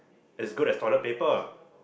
is good as toilet paper ah